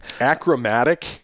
Achromatic